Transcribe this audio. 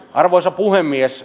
arvoisa puhemies